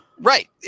Right